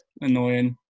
annoying